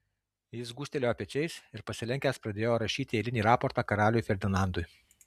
jis gūžtelėjo pečiais ir pasilenkęs pradėjo rašyti eilinį raportą karaliui ferdinandui